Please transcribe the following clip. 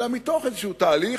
אלא מתוך איזשהו תהליך,